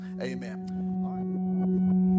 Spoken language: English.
amen